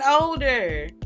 older